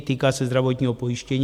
Týká se zdravotního pojištění.